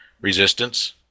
resistance